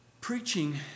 preaching